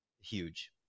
huge